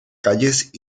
calles